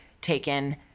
taken